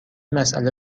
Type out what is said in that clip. مسأله